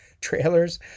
trailers